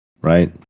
right